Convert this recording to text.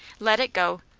let it go!